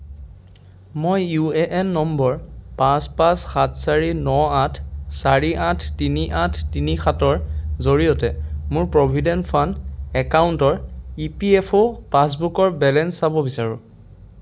মই U A N number পাঁচ পাঁচ সাত চাৰি ন আঠ চাৰি আঠ তিনি আঠ তিনি সাতৰ জৰিয়তে মোৰ প্ৰভিডেণ্ট ফাণ্ড একাউণ্টৰ ই পি এফ অ' পাছবুকৰ বেলেঞ্চ চাব বিচাৰোঁ